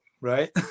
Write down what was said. right